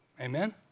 Amen